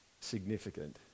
significant